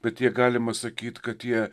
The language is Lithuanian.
bet jie galima sakyt kad jie